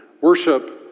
Worship